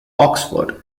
oxford